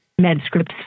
Medscripts